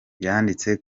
yanditse